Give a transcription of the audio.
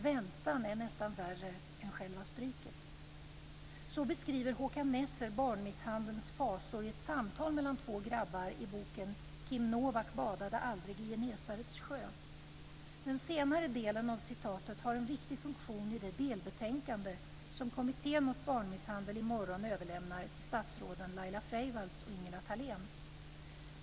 Väntan är nästan värre än själva stryket.'" Så beskriver Håkan Nesser barnmisshandelns fasor i ett samtal mellan två grabbar i boken Kim Novak badade aldrig i Genesarets sjö. Den senare delen av citatet har en viktig funktion i det delbetänkande som Kommittén mot barnmisshandel i morgon överlämnar till statsråden Laila Freivalds och Ingela Thalén.